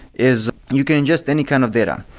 is you can ingest any kind of data.